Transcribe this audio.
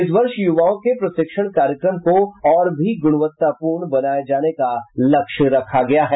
इस वर्ष युवाओं के प्रशिक्षण कार्यक्रम को और भी गुणवत्तापूर्ण बनाये जाने का लक्ष्य रखा गया है